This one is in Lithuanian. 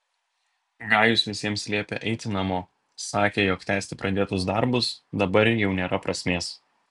gajus visiems liepė eiti namo sakė jog tęsti pradėtus darbus dabar jau nėra prasmės